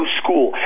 school